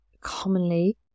commonly